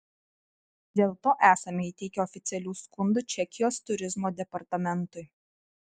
dėl to esame įteikę oficialių skundų čekijos turizmo departamentui